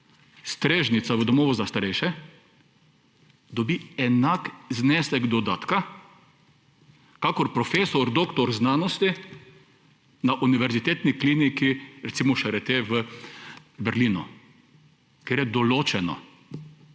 strežnica v domu za starejše dobi enak znesek dodatka kakor profesor doktor znanosti na univerzitetni kliniki? Recimo v Charité v Berlinu, ker je določeno